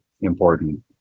important